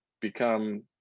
become